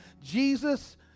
Jesus